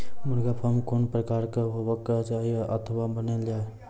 मुर्गा फार्म कून प्रकारक हेवाक चाही अथवा बनेल जाये?